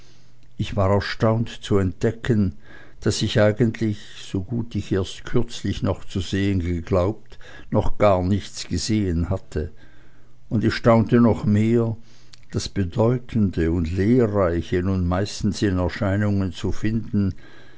ich war erstaunt zu entdecken daß ich eigentlich so gut ich erst kürzlich noch zu sehen geglaubt noch gar nichts gesehen hatte und ich staunte noch mehr das bedeutende und lehrreiche nun meistens in erscheinungen zu finden